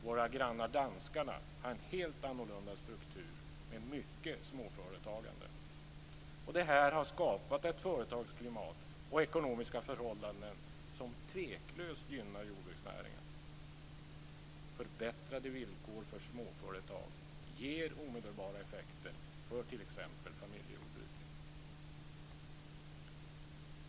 Våra grannar danskarna har en helt annorlunda struktur med mycket småföretagande. Det här har skapat ett företagsklimat och ekonomiska förhållanden som tveklöst gynnar jordbruksnäringen. Förbättrade villkor för småföretag ger omedelbara effekter för t.ex. familjejordbruk.